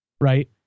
right